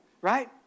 Right